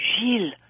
Gilles